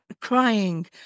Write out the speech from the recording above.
crying